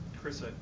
Chris